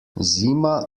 zima